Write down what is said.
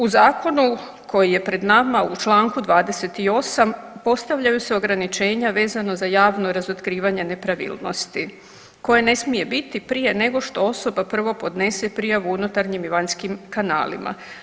U zakonu koji je pred nama u čl. 28. postavljaju se ograničenja vezano za javno otkrivanje nepravilnosti koje ne smije biti prije nego što osoba prvo podnese prijavu unutarnjim i vanjskim kanalima.